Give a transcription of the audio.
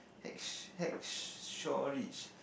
Hacks~ Hacksaw Ridge